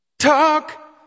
Talk